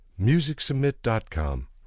MusicSubmit.com